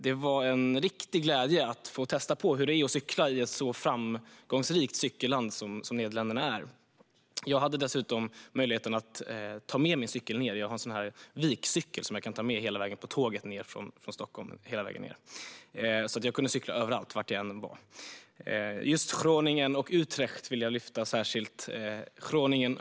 Det var en riktig glädje att få testa på hur det är att cykla i ett så framgångsrikt cykelland som Nederländerna. Jag hade dessutom möjligheten att ta med mig cykeln ned. Jag har en vikcykel som jag kan ta med på tåget från Stockholm hela vägen ned, så jag kunde cykla överallt, var jag än var. Groningen och Utrecht vill jag lyfta fram särskilt.